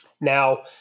Now